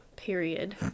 period